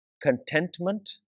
Contentment